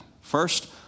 First